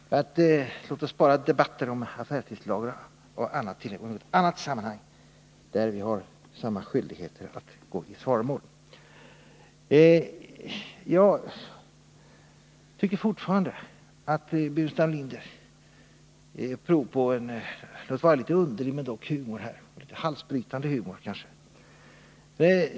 Låt oss alltså spara debatten om affärstidslagar m.m. till något annat sammanhang, där min skyldighet att gå i svaromål är lika stor som handelsministerns. Jag tycker fortfarande att herr Burenstam Linder ger prov på en litet underlig och samtidigt halsbrytande humor.